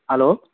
hello